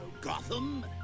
Gotham